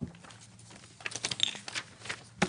ערך באמצעות רכז הצעה)(הוראת שעה),